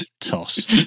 toss